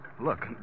Look